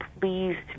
pleased